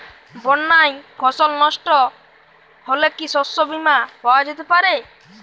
বন্যায় ফসল নস্ট হলে কি শস্য বীমা পাওয়া যেতে পারে?